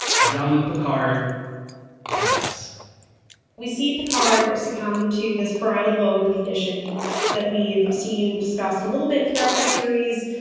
jean-luc picard dies we see picard succumb to this parietal lobe condition that we've seen discussed a little bit throughout the series.